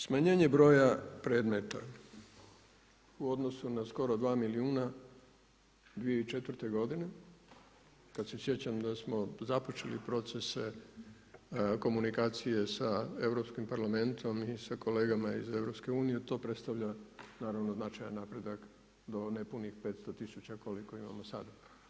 Smanjenje broja predmeta u odnosu na skoro 2 milijuna 2004. godine kad se sjećam da smo započeli procese komunikacije sa Europskim parlamentom i sa kolegama iz EU to predstavlja naravno značajan napredak do nepunih 500 tisuća koliko imamo sad.